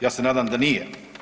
Ja se nadam da nije.